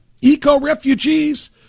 Eco-refugees